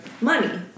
money